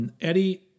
Eddie